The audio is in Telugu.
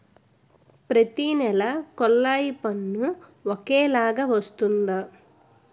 ప్రతి నెల కొల్లాయి పన్ను ఒకలాగే వస్తుందా?